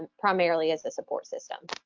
and primarily as a support system.